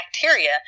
bacteria